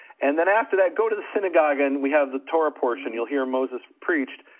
and then after that go to the synagogue and we have the torah portion, you'll hear moses preached,